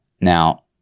Now